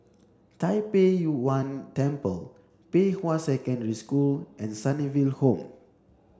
Tai Pei Yuen Temple Pei Hwa Secondary School and Sunnyville Home